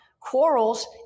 Quarrels